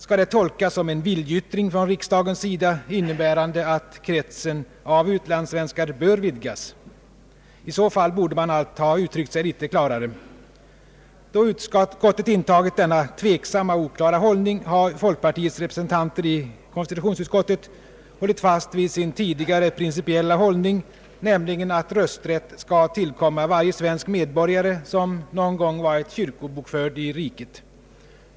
— skall det tolkas som en viljeyttring från riksdagens sida, innebärande att kretsen av utlandssvenskar bör vidgas? I så fall borde man allt ha uttryckt sig något klarare. Då utskottet intagit denna tveksamma och oklara hållning har folkpartiets representanter i konstitutionsutskottet hållit fast vid sin tidigare principiella ståndpunkt, nämligen att rösträtt skall tillkomma varje svensk medborgare som någon gång varit kyrkobokförd i riket.